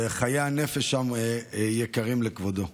וחיי הנפש שם יקרים לכבודו.